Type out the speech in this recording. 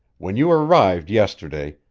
when you arrived yesterday,